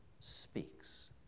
speaks